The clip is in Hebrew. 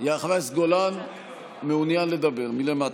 חבר הכנסת גולן מעוניין לדבר מלמטה,